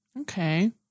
Okay